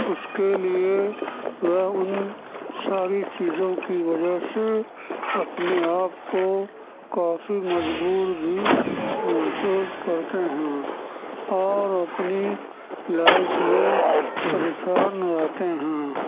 اس کے لیے وہ ان ساری چیزوں کی وجہ سے اپنے آپ کو کافی مجبور بھی محسوس کرتے ہیں اور اپنی لائف میں پریشان رہتے ہیں